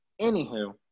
Anywho